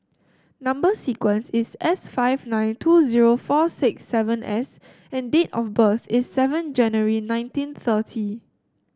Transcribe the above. number sequence is S five nine two zero four six seven S and date of birth is seven January nineteen thirty